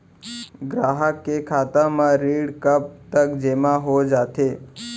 ग्राहक के खाता म ऋण कब तक जेमा हो जाथे?